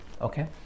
Okay